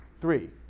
three